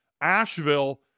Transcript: Asheville